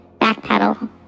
backpedal